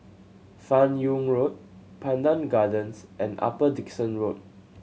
Fan Yoong Road Pandan Gardens and Upper Dickson Road